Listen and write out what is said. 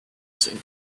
singer